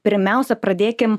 pirmiausia pradėkim